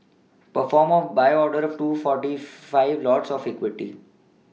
perform a buy order of two forty five lots of equity